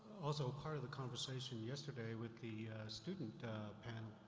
also a part of the conversation yesterday with the student panel.